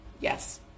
yes